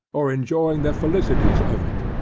or enjoying the felicities of it.